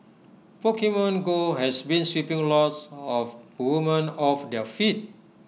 Pokemon go has been sweeping lots of woman off their feet